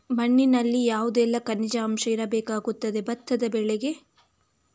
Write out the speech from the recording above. ಮಣ್ಣಿನಲ್ಲಿ ಯಾವುದೆಲ್ಲ ಖನಿಜ ಅಂಶ ಇರಬೇಕಾಗುತ್ತದೆ ಭತ್ತದ ಬೆಳೆಗೆ?